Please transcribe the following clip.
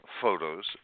photos